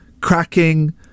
cracking